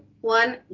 one